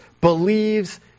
believes